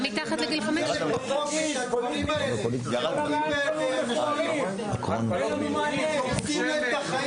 --- אין לנו מענה --- את החיים.